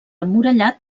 emmurallat